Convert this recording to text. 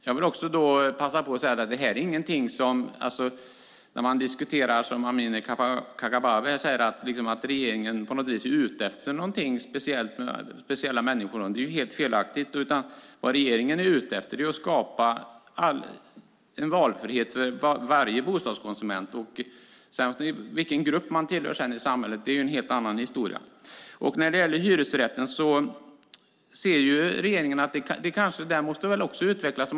Jag vill också passa på att säga att det som Amineh Kakabaveh säger om att regeringen på något sätt är ute efter några speciella människor är helt felaktigt. Vad regeringen är ute efter är att skapa en valfrihet för varje bostadskonsument. Vilken grupp man sedan tillhör i samhället är en helt annan historia. Regeringen anser att hyresrätten liksom alla andra upplåtelseformer måste utvecklas.